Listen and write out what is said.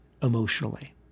emotionally